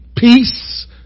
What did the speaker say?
Peace